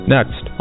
Next